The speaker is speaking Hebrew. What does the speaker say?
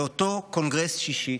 לאותו קונגרס שישי,